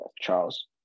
Charles